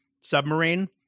submarine